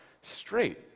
straight